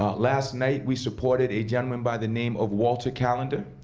ah last night we supported a gentleman by the name of walter callender,